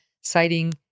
citing